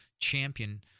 champion